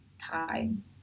time